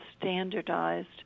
standardized